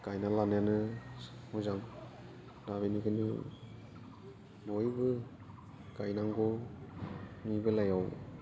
गायना लानायानो मोजां दा बेनिखायनो बयबो गायनांगौनि बेलायाव